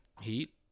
Heat